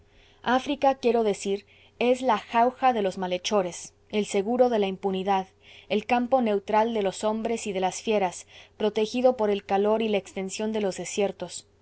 áfrica quiero decir es la jauja de los malhechores el seguro de la impunidad el campo neutral de los hombres y de las fieras protegido por el calor y la extensión de los desiertos